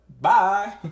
bye